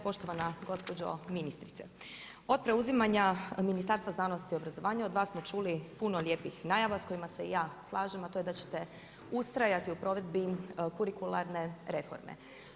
Poštovana gospođo ministrice, od preuzimanja Ministarstva znanosti i obrazovanja, od vas smo čuli puno lijepih najava s kojima se i ja slažem a to je da ćete ustrajati u provedbi kurikularne reforme.